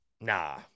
nah